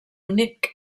únic